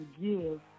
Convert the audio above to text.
give